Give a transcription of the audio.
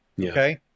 Okay